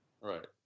right